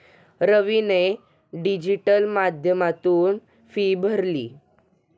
रवीने डिजिटल माध्यमातून फी भरली